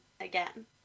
again